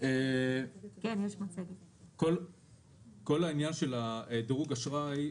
כל עניין דירוג האשראי,